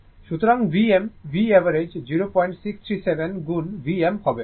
সুতরাং Vm V average 0637 গুণ Vm হবে